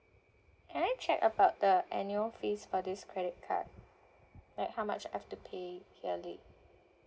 can I check about the annual fees for this credit card like how much I've to pay yearly